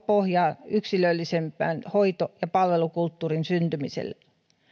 pohjaa yksilöllisemmän hoito ja palvelukulttuurin syntymiselle